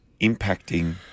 impacting